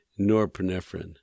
norepinephrine